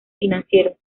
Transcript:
financieros